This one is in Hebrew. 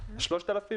3,000?